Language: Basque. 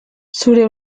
zure